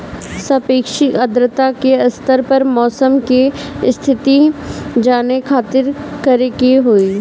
सापेक्षिक आद्रता के स्तर या मौसम के स्थिति जाने खातिर करे के होई?